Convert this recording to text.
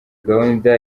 gahunda